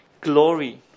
glory